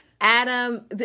Adam